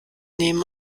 nehmen